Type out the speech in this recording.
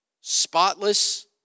spotless